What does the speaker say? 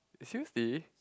seriously